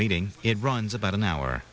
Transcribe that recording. meeting in runs about an hour